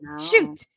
Shoot